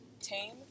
tame